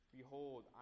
Behold